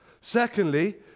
Secondly